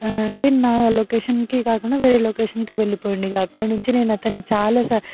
అంటే నా లోకేషన్కి కాకుండా వేరే లొకేషన్కి వెళ్ళిపోయాడు ఇక అక్కడి నుంచి నేను అతన్ని చాలా